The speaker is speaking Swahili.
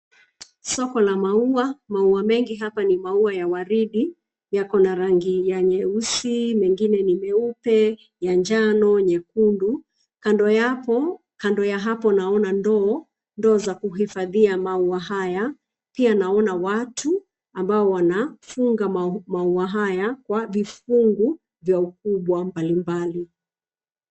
Soko la maua. Maua mengi hapa ni maua ya waridi, yako na rangi ya nyeusi mengine ni meupe ya njano, nyekundu. Kando yapo kando ya hapo naona ndoo, ndoo za kuhifadhia maua haya. Pia naona watu ambao wanafunga maua haya kwa vifungu vya ukubwa mbalimbali.